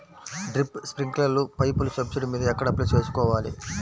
Drip, స్ప్రింకర్లు పైపులు subsidy మీద ఎక్కడ అప్లై చేసుకోవాలి?